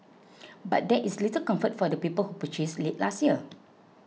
but that is little comfort for the people who purchased late last year